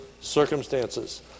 circumstances